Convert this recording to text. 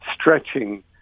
stretching